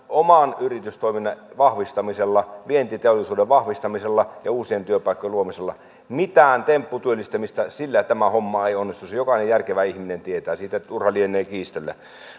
oman yritystoiminnan vahvistamisella vientiteollisuuden vahvistamisella ja uusien työpaikkojen luomisella ei mitään tempputyöllistämistä sillä tämä homma ei onnistu sen jokainen järkevä ihminen tietää siitä lienee turha kiistellä